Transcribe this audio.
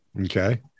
Okay